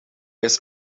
his